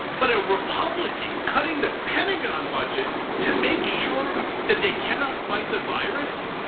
but a republican cutting the pentagon budget to make sure that they cannot fight the virus.